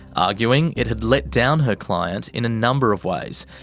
arguing it had let down her client in a number of ways,